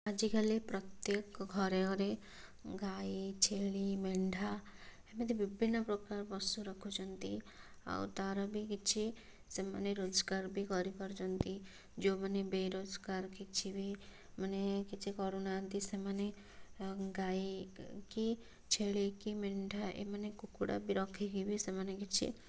ଆଜିକାଲି ପ୍ରତ୍ୟେକ ଘରେ ଘରେ ଗାଈ ଛେଳି ମେଣ୍ଢା ଏମିତି ବିଭିନ୍ନ ପ୍ରକାର ପଶୁ ରଖୁଛନ୍ତି ଆଉ ତାର ବି କିଛି ସେମାନେ ରୋଜଗାର ବି କରିପାରୁଛନ୍ତି ଯୋଉଁମାନେ ବେରୋଜଗାର କିଛି ବି ମାନେ କିଛି କରୁନାହାନ୍ତି ସେମାନେ ଗାଈକି ଛେଳିକି ମେଣ୍ଢା ଏମାନେ କୁକୁଡ଼ା ବି ରଖିକି ବି ସେମାନେ କିଛି